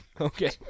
Okay